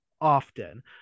often